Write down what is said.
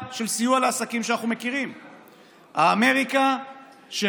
יש את האמריקה של סיוע לעסקים שאנחנו מכירים,